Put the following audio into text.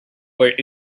were